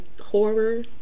horror